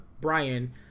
Brian